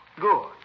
Good